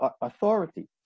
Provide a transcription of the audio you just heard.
authority